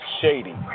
Shady